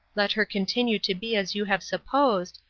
let her continue to be as you have supposed,